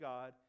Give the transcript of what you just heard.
God